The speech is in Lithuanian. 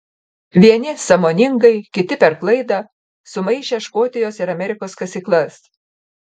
vieni sąmoningai kiti per klaidą sumaišę škotijos ir amerikos kasyklas